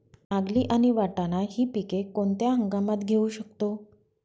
नागली आणि वाटाणा हि पिके कोणत्या हंगामात घेऊ शकतो?